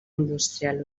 industrial